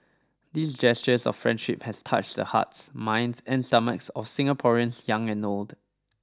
these gestures of friendship has touched the hearts minds and stomachs of Singaporeans young and old